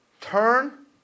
Turn